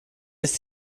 ist